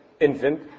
infant